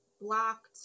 blocked